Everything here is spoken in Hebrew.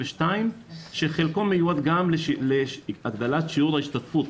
מיליון שחלקו מיועד גם להגדלת שיעור ההשתתפות.